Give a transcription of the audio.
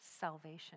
salvation